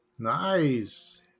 Nice